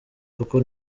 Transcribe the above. kuko